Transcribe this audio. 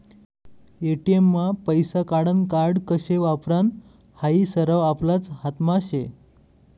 ATM मा पैसा काढानं कार्ड कशे वापरानं हायी सरवं आपलाच हातमा शे